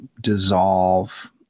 dissolve